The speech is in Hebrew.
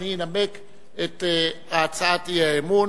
אדוני ינמק את הצעת האי-אמון.